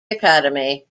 academy